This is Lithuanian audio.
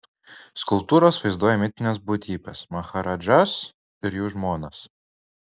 skulptūros vaizduoja mitines būtybes maharadžas ir jų žmonas